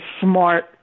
smart